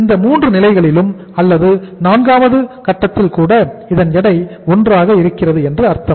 இந்த மூன்று நிலைகளில் அல்லது நான்காவது கட்டத்தில் கூட இதன் எடை 1 ஆக இருக்கிறது என்று அர்த்தம்